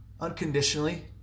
unconditionally